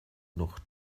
noch